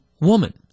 woman